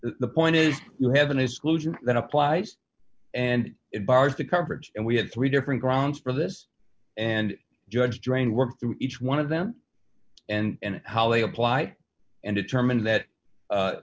the point is you have an exclusion that applies and it bars the coverage and we have three different grants for this and judge drain work through each one of them and how they apply and determine that